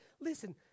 Listen